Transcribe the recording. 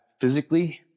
physically